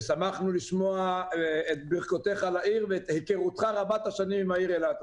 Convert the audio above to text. שמחנו לשמוע את ברכותיך לעיר ואת היכרותך רבת השנים עם העיר אילת.